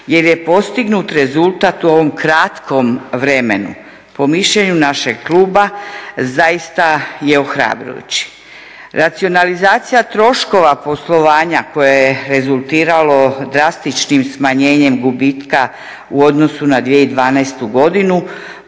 jer je postignut rezultat u ovom kratkom vremenu. Po mišljenju našeg kluba zaista je ohrabrujući. Racionalizacija troškova poslovanja koje je rezultiralo drastičnim smanjenjem gubitka u odnosu na 2012.godinu,